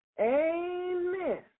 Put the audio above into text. Amen